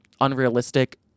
unrealistic